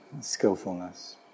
skillfulness